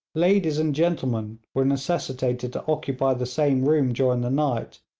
ladies and gentlemen were necessitated to occupy the same room during the night,